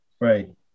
Right